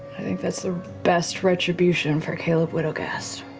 i think that's the best retribution for caleb widogast.